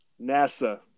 NASA